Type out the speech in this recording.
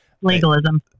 Legalism